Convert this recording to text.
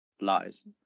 lies